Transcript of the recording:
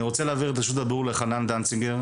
אני רוצה להעביר את רשות הדיבור לחנן דנציגר,